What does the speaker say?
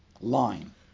line